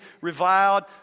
reviled